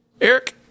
Eric